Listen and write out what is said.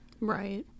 right